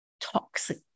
toxic